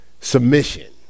submission